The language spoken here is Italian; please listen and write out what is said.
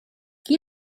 chi